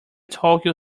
tokyo